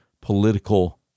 political